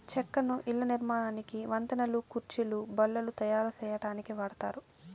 చెక్కను ఇళ్ళ నిర్మాణానికి, వంతెనలు, కుర్చీలు, బల్లలు తాయారు సేయటానికి వాడతారు